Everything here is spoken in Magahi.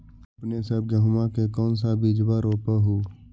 अपने सब गेहुमा के कौन सा बिजबा रोप हू?